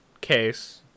case